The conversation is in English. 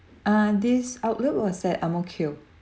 uh this outlook was at Ang Mo Kio